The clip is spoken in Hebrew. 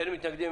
אין מתנגדים.